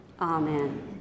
Amen